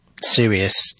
serious